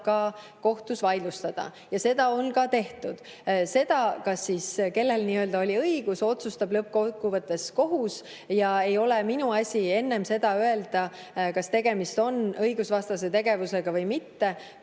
saab kohtus vaidlustada ja seda on ka tehtud. Seda, kellel oli õigus, otsustab lõppkokkuvõttes kohus. Ei ole minu asi enne seda öelda, kas tegemist on olnud õigusvastase tegevusega või mitte,